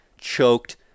choked